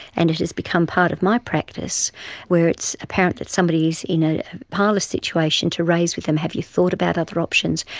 and it has become part of my practice where it's apparent that somebody is in a perilous situation, to raise with them, have you thought about other options?